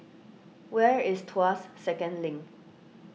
where is Tuas Second Link